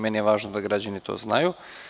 Meni je važno da građani to znaju.